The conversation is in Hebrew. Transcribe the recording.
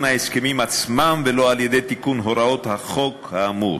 ההסכמים עצמם ולא על-ידי תיקון הוראות החוק האמור.